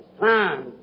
time